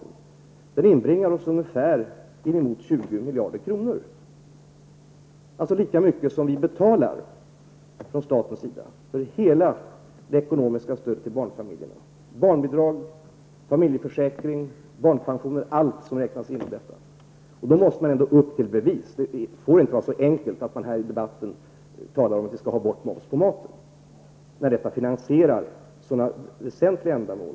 Matmomsen inbringar ungefär 20 miljarder kronor, lika mycket som vi betalar från statens sida för hela det ekonomiska stödet till barnfamiljerna -- barnbidrag, familjeförsäkring, barnpensioner, allt som räknas in i detta. Då måste man upp till bevis. Det får inte vara så enkelt att man här i debatten talar om att vi skall ha bort moms på maten när vi på det sättet finansierar så väsentliga ändamål.